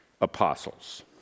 Apostles